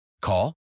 Call